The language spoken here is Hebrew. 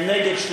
נגד,